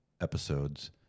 episodes